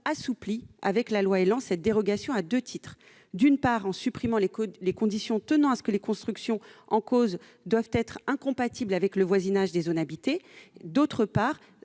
assoupli cette dérogation à deux titres : d'une part, en supprimant la condition selon laquelle les constructions en cause doivent être incompatibles avec le voisinage des zones habitées ; d'autre part,